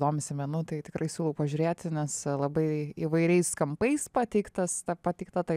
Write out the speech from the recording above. domisi menu tai tikrai siūlau pažiūrėti nes labai įvairiais kampais pateiktas ta pateikta ta